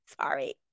Sorry